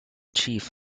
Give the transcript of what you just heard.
chief